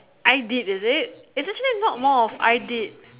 I did is it it's actually not more of I did